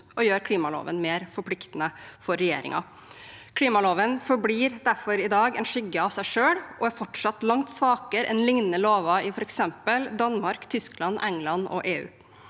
å gjøre klimaloven mer forpliktende for regjeringen. Klimaloven forblir derfor i dag en skygge av seg selv og er fortsatt langt svakere enn lignende lover i f.eks. Danmark, Tyskland, England og EU.